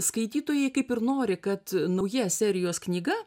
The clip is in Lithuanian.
skaitytojai kaip ir nori kad nauja serijos knyga